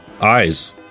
eyes